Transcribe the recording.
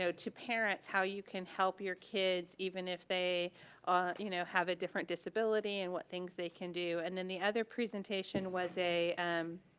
so to parents, how you can help your kids, even if they ah you know have a different disability and what things they can do. and then the other presentation was a